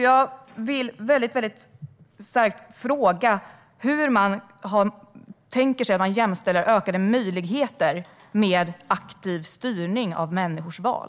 Jag vill fråga hur man tänker sig att man ökar möjligheterna till jämställdhet med aktiv styrning av människors val.